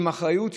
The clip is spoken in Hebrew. עם אחריות,